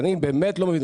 אני באמת לא מבין,